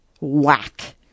Whack